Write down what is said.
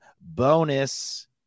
Bonus